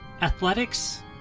athletics